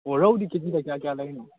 ꯑꯣ ꯔꯧꯗꯤ ꯀꯦꯖꯤꯗ ꯀꯌꯥ ꯀꯌꯥ ꯂꯩꯔꯤꯅꯣ